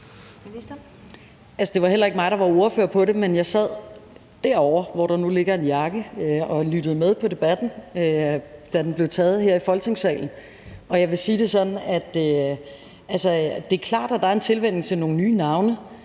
Det var heller ikke mig, der var ordfører på det, men jeg sad derovre, hvor der nu ligger en jakke, og lyttede med på debatten, da den blev taget her i Folketingssalen. Jeg vil sige det sådan, at det er klart, at der er en tilvænning til nogle nye navne,